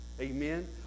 Amen